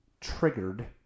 triggered